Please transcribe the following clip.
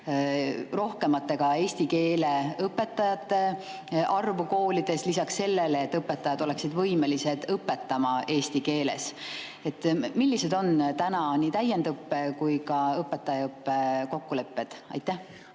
rohkemat eesti keele õpetajate arvu koolides, lisaks seda, et õpetajad oleksid võimelised õpetama eesti keeles. Millised on täna nii täiendõppe kui ka õpetajaõppe kokkulepped? Aitäh